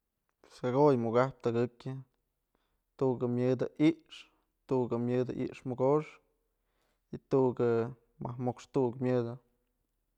Jakoyë mukajpë tëkëkyë tu'ukë myëdë i'ix, tu'ukë myëdë i'ix mokoxkë y tu'ukë majk mox tu'uk myëdë.